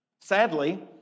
Sadly